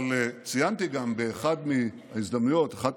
אבל ציינתי גם באחת מההזדמנויות